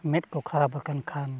ᱢᱮᱸᱫ ᱠᱚ ᱠᱷᱟᱨᱟᱯ ᱟᱠᱟᱱ ᱠᱷᱟᱱ